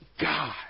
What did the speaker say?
God